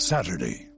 Saturday